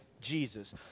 Jesus